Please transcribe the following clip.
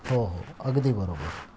हो हो अगदी बरोबर